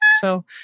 so-